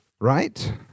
right